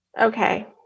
Okay